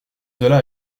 cela